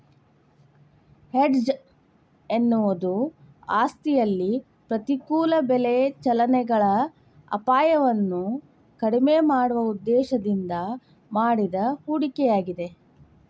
hedge ಎನ್ನುವುದು ಆಸ್ತಿಯಲ್ಲಿ ಪ್ರತಿಕೂಲ ಬೆಲೆ ಚಲನೆಗಳ ಅಪಾಯವನ್ನು ಕಡಿಮೆ ಮಾಡುವ ಉದ್ದೇಶದಿಂದ ಮಾಡಿದ ಹೂಡಿಕೆಯಾಗಿದೆ